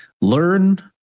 Learn